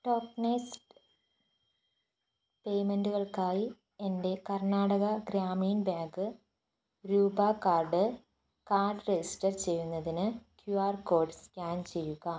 tokenised പേയ്മെന്റുകൾക്കായി എൻ്റെ Karnataka Grameen bank RuPay card card register ചെയ്യുന്നതിന് ക്യു ആർ കോഡ് സ്കാൻ ചെയ്യുക